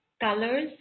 colors